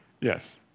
Yes